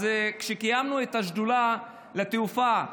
כשקיימנו את השדולה לתעופה,